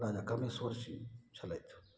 राजा कर्म सोची छलथि